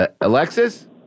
Alexis